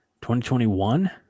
2021